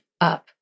up